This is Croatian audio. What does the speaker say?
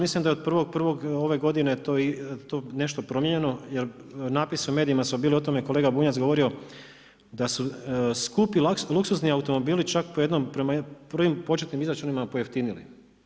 Mislim da je od 1.1. ove godine to nešto promijenjeno, jer napisi u medijima su bili o tome, kolega Bunjac je govorio da su skupi luksuzni automobili čak prema prvim početnim izračunima pojeftinili.